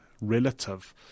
relative